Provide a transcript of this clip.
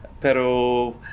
pero